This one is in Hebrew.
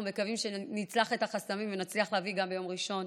אנחנו מקווים שנצלח את החסמים ונצליח להביא ביום ראשון